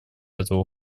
этого